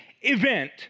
event